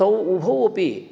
तौ उभौ अपि